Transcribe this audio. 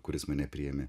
kuris mane priėmė